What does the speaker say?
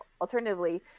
alternatively